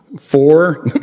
Four